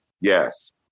Yes